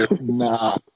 Nah